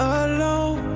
alone